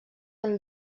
amb